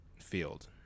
field